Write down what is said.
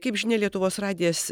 kaip žinia lietuvos radijas